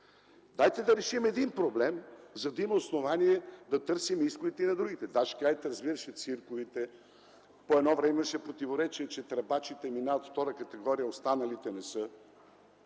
Дайте да решим един проблем, за да има основание да търсим изходите и на другите. Да, ще кажете, разбира се, цирковите. По едно време имаше противоречие, че тръбачите минават втора категория, а останалите не са.